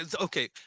okay